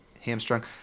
hamstrung